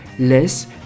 Less